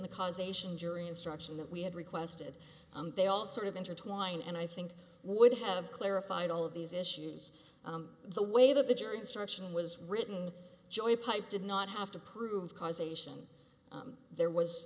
the causation jury instruction that we had requested and they all sort of intertwined and i think would have clarified all of these issues the way that the jury instruction was written joy pipe did not have to prove causation there was